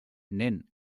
nen